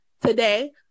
today